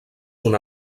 una